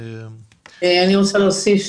אני רוצה להוסיף.